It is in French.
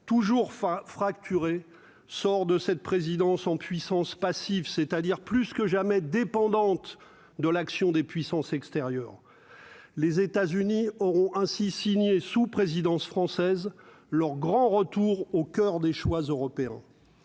toujours enfin fracturé sort de cette présidence en puissance passif, c'est-à-dire plus que jamais dépendante de l'action des puissances extérieures, les États-Unis auront ainsi signé sous présidence française, leur grand retour au coeur des choix européens,